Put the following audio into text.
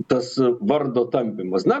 tas vardo tampymas na